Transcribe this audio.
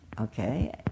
Okay